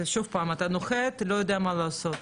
זה אתה נוחת ולא יודע מה לעשות.